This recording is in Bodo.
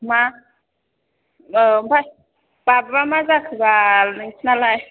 मा औ ओमफ्राय बाबुया मा जाखोबाल नोंसिनालाय